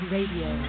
Radio